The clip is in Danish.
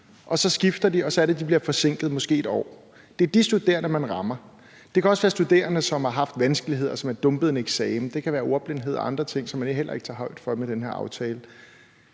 og så er det, de bliver forsinket, måske et år. Det er de studerende, man rammer. Det kan også være studerende, som har haft vanskeligheder, og som er dumpet en eksamen; der kan være ordblindhed og andre ting, som man heller ikke tager højde for med den her aftale.